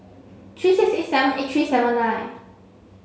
three six eight seven eight three seven nine